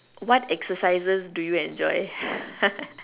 what exercises do you enjoy